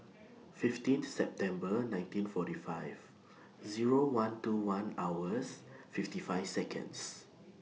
fifteen September nineteen forty five Zero one two one hours fifty five Seconds